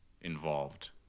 involved